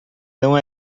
não